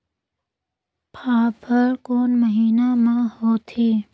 फाफण कोन महीना म होथे?